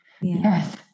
yes